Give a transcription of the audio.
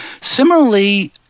Similarly